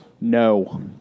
No